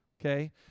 Okay